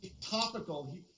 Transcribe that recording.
Topical